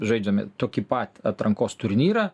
žaidžiame tokį pat atrankos turnyrą